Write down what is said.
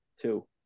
Two